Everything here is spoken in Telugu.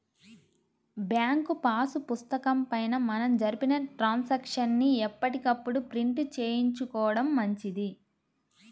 బ్యాంకు పాసు పుస్తకం పైన మనం జరిపిన ట్రాన్సాక్షన్స్ ని ఎప్పటికప్పుడు ప్రింట్ చేయించుకోడం మంచిది